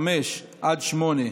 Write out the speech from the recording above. ההסתייגויות 5 8 שלהם,